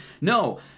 No